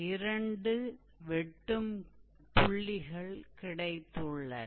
இரண்டு வெட்டும் புள்ளிகள் கிடைத்துள்ளன